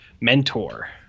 mentor